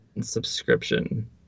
subscription